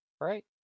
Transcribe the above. Right